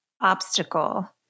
obstacle